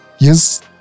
yes